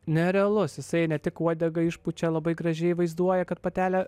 nerealus jisai ne tik uodegą išpučia labai gražiai vaizduoja kad patelę